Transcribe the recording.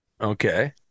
Okay